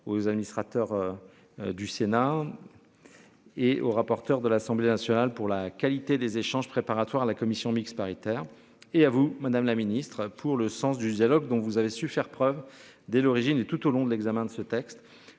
aux administrateurs. Du Sénat. Et au rapporteur de l'Assemblée nationale pour la qualité des échanges préparatoires à la commission mixte paritaire et à vous Madame la Ministre pour le sens du dialogue dont vous avez su faire preuve dès l'origine et tout au long de l'examen de ce texte